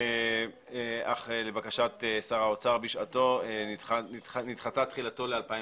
אך לבקשת שר האוצר בשעתו נדחתה תחילתו ל-2018.